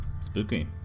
Spooky